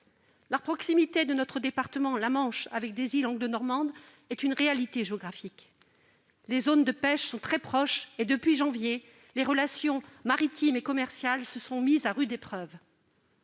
La proximité du département dont je suis élue, la Manche, avec les îles anglo-normandes est une réalité géographique. Les zones de pêche sont très proches et, depuis janvier dernier, les relations maritimes et commerciales sont mises à rude épreuve.